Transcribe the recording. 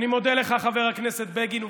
אני מודה לך, חבר הכנסת בגין.